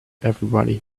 everybody